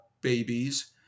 babies